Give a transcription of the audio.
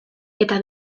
eta